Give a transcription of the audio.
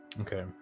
Okay